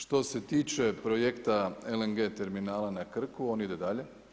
Što se tiče projekta LNG terminala na Krku, on ide dalje.